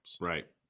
right